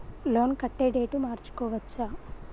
Loan కట్టే date మార్చుకోవచ్చా?